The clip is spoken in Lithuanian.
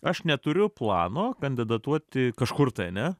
aš neturiu plano kandidatuoti kažkur tai ane